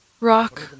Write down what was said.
Rock